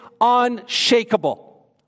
unshakable